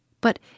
But